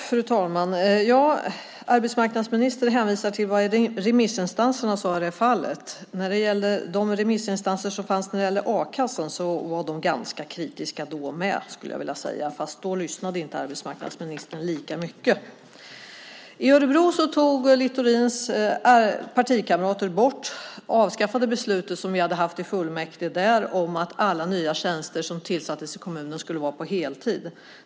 Fru talman! Arbetsmarknadsministern hänvisar till vad remissinstanserna sade i det här fallet. De remissinstanser som fanns när det gällde a-kassan var också ganska kritiska, skulle jag vilja säga, men då lyssnade inte arbetsmarknadsministern lika mycket. I Örebro upphävde Littorins partikamrater det beslut som hade fattats i kommunfullmäktige om att alla nya tjänster som tillsattes i kommunen skulle vara på heltid.